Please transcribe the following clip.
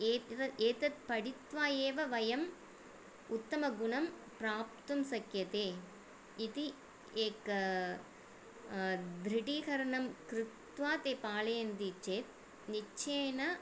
एत् एतद् पटित्वा एव वयम् उत्तमगुणं प्राप्तुं शक्यते इति एकं दृढीकरणं कृत्वा ते पालयन्ति चेत् निश्चयेन